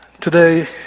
Today